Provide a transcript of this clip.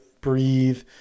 breathe